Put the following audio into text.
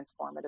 transformative